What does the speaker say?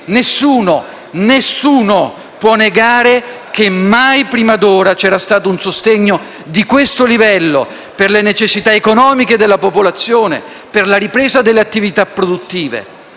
ripeto, nessuno - può negare che mai prima d'ora c'era stato un sostegno di questo livello per le necessità economiche della popolazione e la ripresa delle attività produttive.